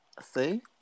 See